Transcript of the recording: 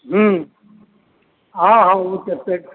हुँ हाँ हाँ ओ सभ